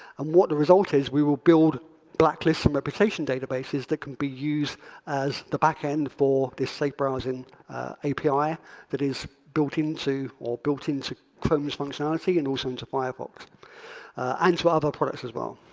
and what the result is, we will build blacklist from reputation databases that can be used as the back end for this safe browsing api that is built into, or built into chromes functionality and also into firefox and into other products as well.